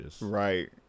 Right